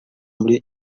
muri